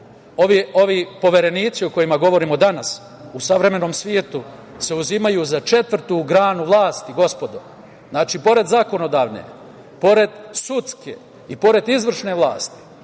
poverenici o kojima govorimo danas u savremenom svetu se uzimaju za četvrtu granu vlasti, gospodo. Znači, pored zakonodavne, pored sudske i pored izvršne vlasti